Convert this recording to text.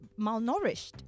malnourished